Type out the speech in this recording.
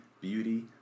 beauty